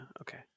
okay